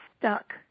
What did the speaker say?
stuck